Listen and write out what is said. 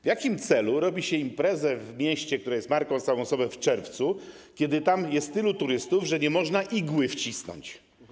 W jakim celu robi się imprezę w mieście, które jest marką samą w sobie, w czerwcu, kiedy tam jest tylu turystów, że nie można igły wcisnąć?